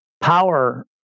power